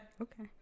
okay